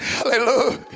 Hallelujah